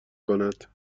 کند